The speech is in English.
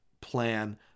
plan